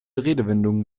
redewendungen